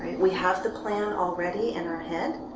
we have the plan already in our head.